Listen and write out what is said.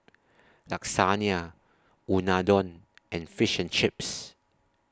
Lasagne Unadon and Fish and Chips